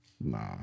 Nah